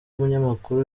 umunyamakuru